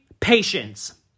Patience